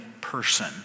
person